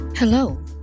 Hello